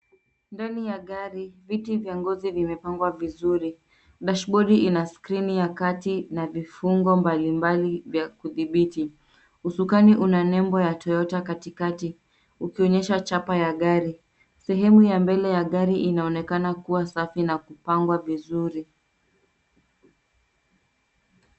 Ndani ya gari, viti vya ngozi vimepangwa vizuri. Dashibodi ina skrini ya kati na vifungo mbalimbali vya kudhibiti. Usukani una nembo ya Toyota katikati, ukionyesha chapa ya gari. Sehemu ya mbele ya gari inaonekana kuwa safi na kupangwa vizuri.